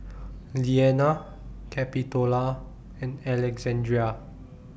Leanna Capitola and Alexandrea